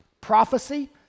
prophecy